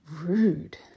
rude